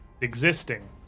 existing